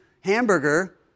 hamburger